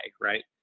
right